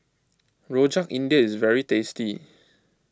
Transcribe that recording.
Rojak India is very tasty